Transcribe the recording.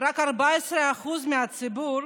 רק 14% מהציבור